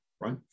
right